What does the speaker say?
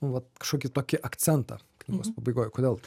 vat kažkokį tokį akcentą knygos pabaigoj kodėl